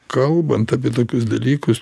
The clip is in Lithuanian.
kalbant apie tokius dalykus